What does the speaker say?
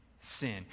sin